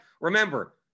Remember